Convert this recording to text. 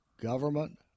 government